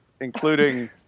including